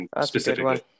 specifically